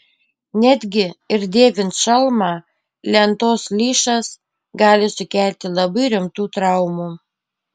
netgi ir dėvint šalmą lentos lyšas gali sukelti labai rimtų traumų